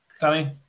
Danny